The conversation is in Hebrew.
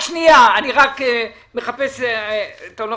אני